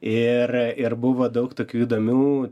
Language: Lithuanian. ir ir buvo daug tokių įdomių